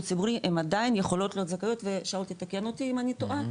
ציבורי הן עדיין יכולות להיות זכאיות ושאול תתקן אותי אם אני טועה,